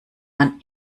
man